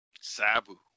sabu